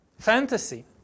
fantasy